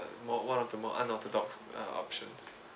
more one of the more unorthodox uh options